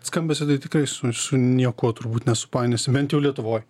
skambesio tai tikrai su niekuo turbūt nesupainiosi bent jau lietuvoj